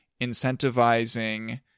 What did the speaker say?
incentivizing